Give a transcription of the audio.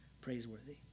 praiseworthy